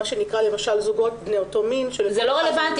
מה שנקרא למשל "זוגות בני אותו מין" --- זה לא רלוונטי.